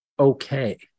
Okay